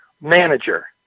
manager